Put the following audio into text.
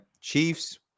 Chiefs